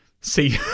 see